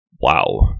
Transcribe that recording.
wow